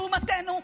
באומתנו.